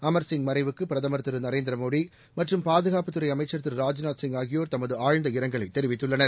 அமர்சிங் மறைவுக்கு பிரதமர் திரு நரேந்திர மோடி மற்றும் பாதுகாப்புத் துறைஅமைச்சர் திரு ராஜ்நாத் சிங் ஆகியோர் தமது ஆழ்ந்த இரங்கலை தெரிவித்துள்ளார்